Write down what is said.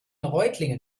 reutlingen